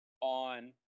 on